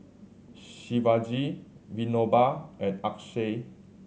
Shivaji Vinoba and Akshay